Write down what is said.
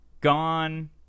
Gone